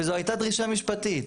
וזו הייתה דרישה משפטית,